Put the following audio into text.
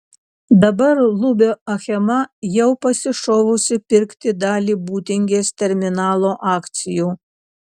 dabar lubio achema jau pasišovusi pirkti dalį būtingės terminalo akcijų